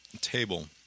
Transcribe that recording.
table